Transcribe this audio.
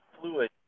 fluid